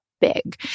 big